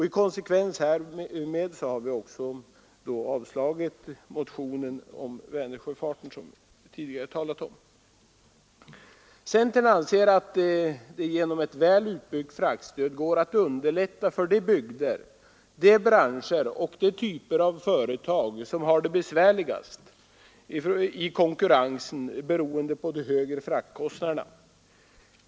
I konsekvens härmed har utskottet avstyrkt den motion om Vänersjöfarten som det tidigare talats om. Centern anser att det genom ett väl utbyggt fraktstöd går att skapa lättnader för de bygder, de branscher och de typer av företag som har det besvärligast i konkurrensen beroende på de högre fraktkostnaderna.